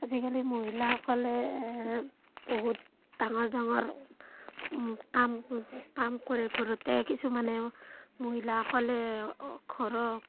আজিকালি মহিলাসকলে বহুত ডাঙৰ ডাঙৰ কাম কাম কৰে ঘৰতে কিছুমানেও মহিলাসকলে ঘৰত